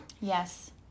Yes